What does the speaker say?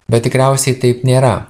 bet tikriausiai taip nėra